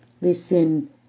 Listen